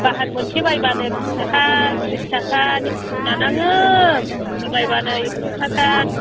बाहाग मोनसे बायबानो बिसथाखा ट्रिस थाखानि जानाङो फ'वासे बायबानो एक्स' थाखा